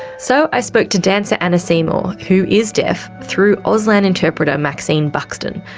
so i spoke to dancer anna seymour, who is deaf, through auslan interpreter maxine buxton.